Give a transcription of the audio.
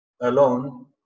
alone